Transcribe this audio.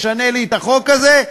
ישנה לי את החוק הזה?